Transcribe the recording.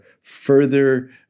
further